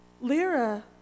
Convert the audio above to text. Lyra